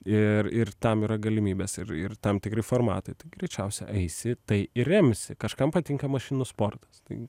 ir ir tam yra galimybės ir ir tam tikri formatai tai greičiausiai eisi tai ir remsi kažkam patinka mašinų sportas tai